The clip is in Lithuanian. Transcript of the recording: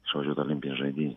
išvažiuot olimpines žaidynes